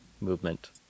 movement